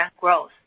growth